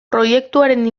proiektuaren